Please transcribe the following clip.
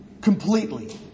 completely